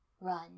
Run